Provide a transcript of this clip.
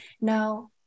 now